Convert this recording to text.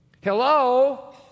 Hello